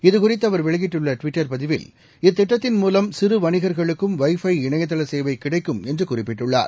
இதுகுறித்து அவர் வெளியிட்டுள்ள டுவிட்டர் பதிவில் இத்திட்டத்தின் மூலம் சிறு வணிகர்களுக்கும் வைஃபை இணையதள சேவை கிடைக்கும் என்று குறிப்பிட்டுள்ளார்